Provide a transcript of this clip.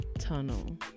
tunnel